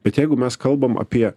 bet jeigu mes kalbam apie